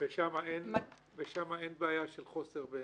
ושם אין בעיה של חוסר?